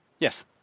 yes